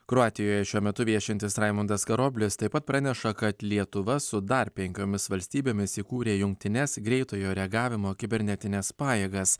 kroatijoje šiuo metu viešintis raimundas karoblis taip pat praneša kad lietuva su dar penkiomis valstybėmis įkūrė jungtines greitojo reagavimo kibernetines pajėgas